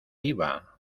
iba